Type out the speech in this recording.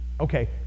Okay